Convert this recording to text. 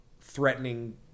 threatening